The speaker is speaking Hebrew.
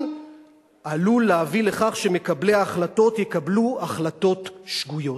עלול להביא לכך שמקבלי ההחלטות יקבלו החלטות שגויות.